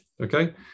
Okay